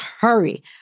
hurry